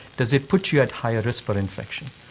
does it put you at higher risk for infection?